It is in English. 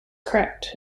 correct